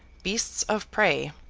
beasts of prey,